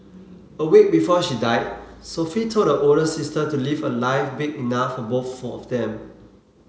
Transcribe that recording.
a week before she died Sophie told her older sister to live a life big enough for both for of them